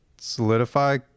solidify